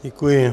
Děkuji.